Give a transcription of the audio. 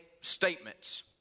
statements